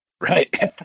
right